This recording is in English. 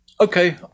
Okay